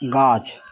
गाछ